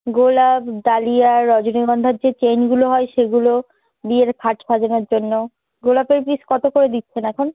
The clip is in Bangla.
গোলাপ ডালিয়া রজনীগন্ধার যে চেনগুলো হয় সেগুলো বিয়ের খাট সাজানোর জন্য গোলাপের পিস কত করে দিচ্ছেন এখন